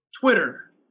Twitter